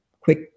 quick